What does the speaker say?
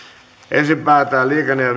ensin päätetään liikenne ja